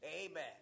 Amen